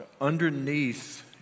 underneath